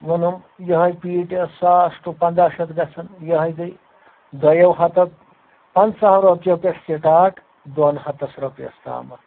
ووٚنُم یِہے پیٖٹ ٲس ساس ٹُو پَنٛداہ شیٚتھ گژھان یِہے گٔے دۄیو ہَتو پنٛژاہو رۄپیٚو پؠٹھ سٕٹاٹ دۄن ہَتس رۄپیَس تامَتھ